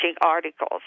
articles